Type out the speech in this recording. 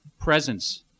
presence